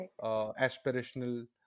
aspirational